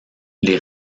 les